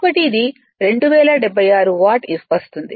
కాబట్టి ఇది 2076 వాట్ వస్తుంది